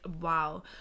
wow